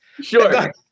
sure